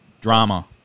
drama